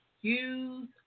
Use